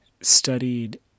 studied